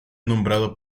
nombrado